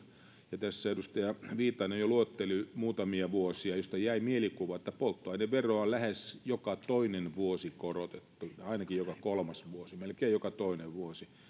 ja tässä edustaja viitanen jo luetteli muutamia vuosia joista jäi mielikuva että polttoaineveroa on lähes joka toinen vuosi korotettu ainakin joka kolmas vuosi melkein joka toinen vuosi